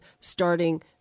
starting